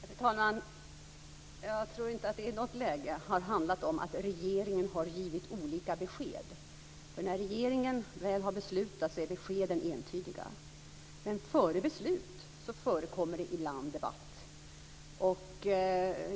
Fru talman! Jag tror inte att det i något läge har handlat om att regeringen har givit olika besked. När regeringen väl har beslutat sig är beskeden entydiga. Men före beslut förekommer det ibland debatt.